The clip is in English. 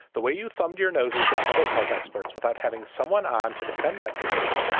the way you thumbed your nose is that public health experts, without having someone on to defend that position,